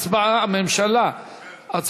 הממשלה מבקשת,